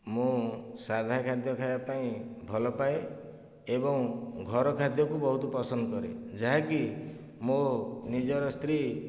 ମୁଁ ସାଧା ଖାଦ୍ୟ ଖାଇବା ପାଇଁ ଭଲ ପାଏ ଏବଂ ଘର ଖାଦ୍ୟକୁ ବହୁତ ପସନ୍ଦ କରେ ଯାହାକି ମୋ ନିଜର ସ୍ତ୍ରୀ